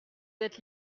êtes